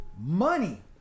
money